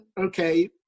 okay